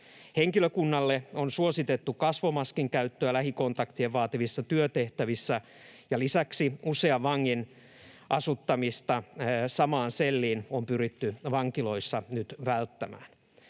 Henkilökunnalle on suositettu kasvomaskin käyttöä lähikontaktia vaativissa työtehtävissä, ja lisäksi usean vangin asuttamista samaan selliin on pyritty vankiloissa nyt välttämään.